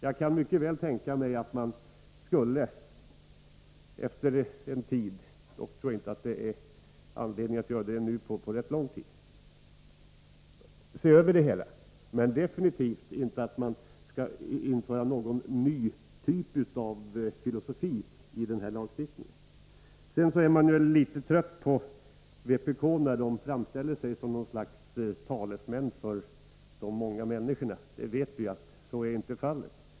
Jag kan mycket väl tänka mig att man efter en tid — jag tror dock inte att det finns anledning att göra det ännu på ganska lång tid — skulle se över det hela, men definitivt inte att man skall införa någon ny typ av filosofi när det gäller den här lagstiftningen. Jag blir litet trött på företrädare för vänsterpartiet kommunisterna när de framställer sig som något slags talesmän för de många människorna. Vi vet ju att de inte är det.